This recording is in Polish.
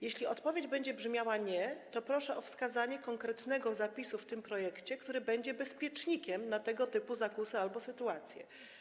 Jeśli odpowiedź będzie brzmiała „nie”, to proszę o wskazanie konkretnego zapisu w tym projekcie, który będzie bezpiecznikiem, jeśli chodzi o tego typu zakusy albo sytuacje.